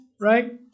right